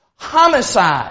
Homicide